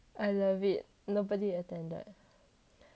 I love it nobody attended